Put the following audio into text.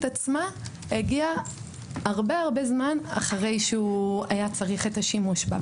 עצמה הגיעה הרבה הרבה זמן אחרי שהוא היה צריך את השימוש בה.